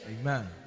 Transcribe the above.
amen